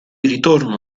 ritorno